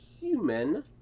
human